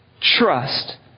trust